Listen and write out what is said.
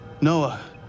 Noah